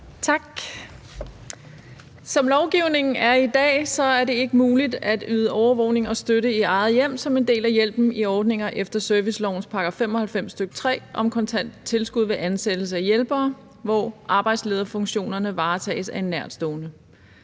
Tak. Som lovgivningen er i dag, er det ikke muligt at yde overvågning og støtte i eget hjem som en del af hjælpen i ordninger efter servicelovens § 95, stk. 3, om kontant tilskud ved ansættelse af hjælpere, hvor arbejdslederfunktionerne varetages af en nærtstående.